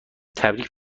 تبریک